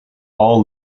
all